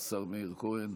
השר מאיר כהן,